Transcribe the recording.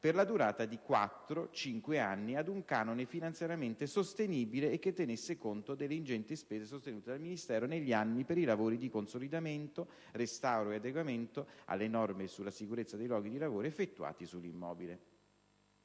per la durata di quattro-cinque anni ad un canone finanziariamente sostenibile e che tenesse conto delle ingenti spese sostenute dal Ministero negli anni per i lavori di consolidamento, restauro ed adeguamento alle norme sulla sicurezza dei luoghi di lavoro effettuati sull'immobile.